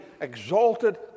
exalted